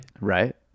right